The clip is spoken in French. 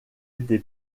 été